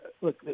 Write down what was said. Look